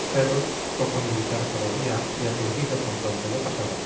ferrus poco militar todavía y aturdido con cuanto le pasaba